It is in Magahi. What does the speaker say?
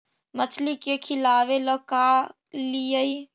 मछली के खिलाबे ल का लिअइ?